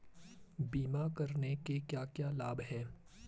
बीमा करने के क्या क्या लाभ हैं?